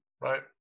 right